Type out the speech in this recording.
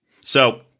So-